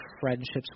friendships